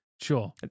Sure